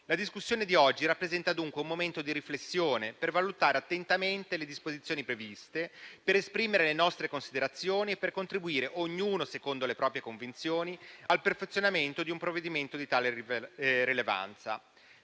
La discussione di oggi rappresenta dunque un momento di riflessione per valutare attentamente le disposizioni previste, esprimere le nostre considerazioni e contribuire, ognuno secondo le proprie convinzioni, al perfezionamento di un provvedimento di tale rilevanza.